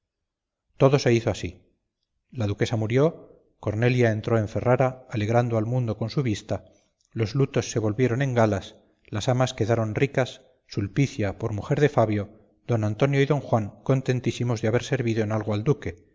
todo se hizo así la duquesa murió cornelia entró en ferrara alegrando al mundo con su vista los lutos se volvieron en galas las amas quedaron ricas sulpicia por mujer de fabio don antonio y don juan contentísimos de haber servido en algo al duque